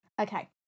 Okay